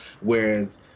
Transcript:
Whereas